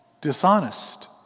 dishonest